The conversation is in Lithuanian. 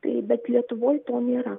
tai bet lietuvoj to nėra